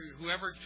whoever